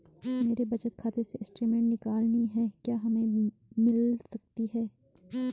मेरे बचत खाते से स्टेटमेंट निकालनी है क्या हमें मिल सकती है?